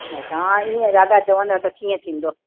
तव्हां ईअं दादा चवंदा त कीअं थींदो